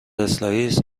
اسرائیل